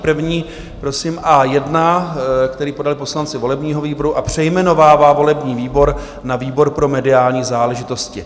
První prosím A1, který podali poslanci volebního výboru a přejmenovává volební výbor na výbor pro mediální záležitosti.